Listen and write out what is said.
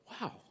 Wow